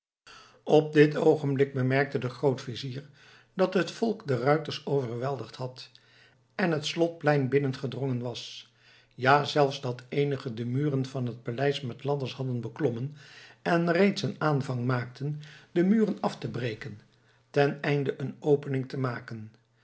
op dit oogenblik bemerkte de grootvizier dat het volk de ruiters overweldigd had en het slotplein binnengedrongen was ja zelfs dat eenigen de muren van het paleis met ladders hadden beklommen en reeds een aanvang maakten de muren af te breken ten einde een opening te maken